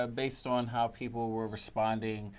ah based on how people were responding,